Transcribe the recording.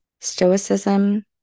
stoicism